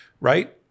right